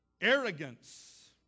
Arrogance